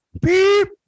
Beep